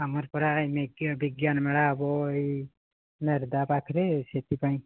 ଆମର ପରା ବିଜ୍ଞାନ ମେଳା ହେବ ଏଇ ନେରଦା ପାଖରେ ସେଥିପାଇଁ